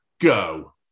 go